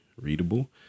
readable